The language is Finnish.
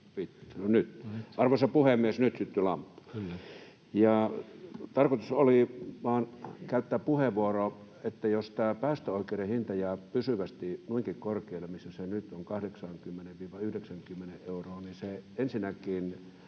arvoisa puhemies, nyt syttyi lamppu. [Puhemies: Kyllä!] — Tarkoitus oli vain käyttää puheenvuoro, että jos tämä päästöoikeuden hinta jää pysyvästi noinkin korkealle, missä se nyt on, 80—90 euroon, niin se ensinnäkin